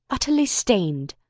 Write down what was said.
utterly stained.